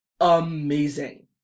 amazing